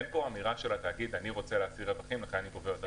אין פה אמירה של התאגיד: "אני רוצה להשיא רווחים ולכן אני גובה ---".